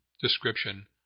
description